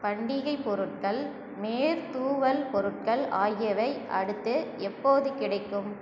பண்டிகை பொருட்கள் மேற்தூவல் பொருட்கள் ஆகியவை அடுத்து எப்போது கிடைக்கும்